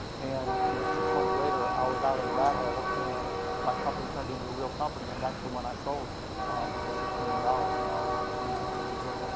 and you know six months later, i was out of the rat hole and my company turned into a real company. and that's the one i sold for six million dollars when i was twenty nine, thirty years old.